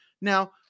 Now